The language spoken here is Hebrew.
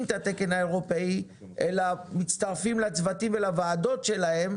את התקן האירופאי אלא מצטרפים לצוותים ולוועדות שלהם,